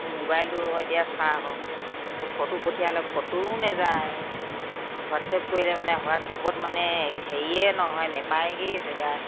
মোবাইলটো আকৌ এতিয়া চা আকৌ সেই ফটো পঠিয়ালে ফটোও নেযায় হোৱাটছআপ কৰিলে মানে হোৱাটছআপত মানে হেৰিয়ে নহয় নেপাইগৈয়ে জেগা